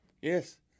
Yes